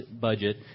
budget